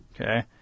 Okay